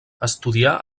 estudià